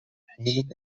حين